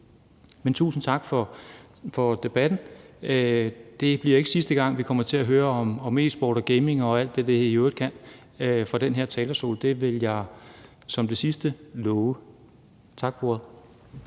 tusind tak for debatten. Det bliver ikke sidste gang, vi kommer til at høre om e-sport og gaming og alt det, som det i øvrigt kan, fra den her talerstol. Det vil jeg som det sidste love. Tak for ordet.